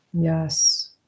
Yes